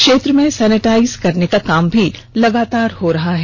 क्षेत्र को सैनिटाइज करने का काम भी लगातार जारी है